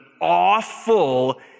awful